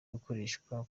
gukoreshwa